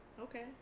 Okay